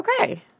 Okay